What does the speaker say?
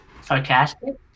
sarcastic